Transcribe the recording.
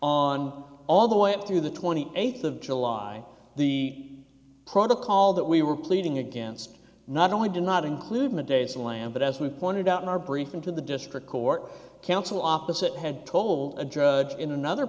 on all the way up through the twenty eighth of july the protocol that we were pleading against not only did not include the day slam but as we pointed out in our briefing to the district court counsel opposite had told a judge in another